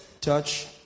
Touch